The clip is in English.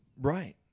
Right